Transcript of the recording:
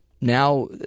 now